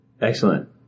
Excellent